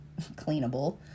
cleanable